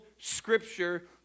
scripture